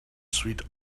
sweet